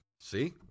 See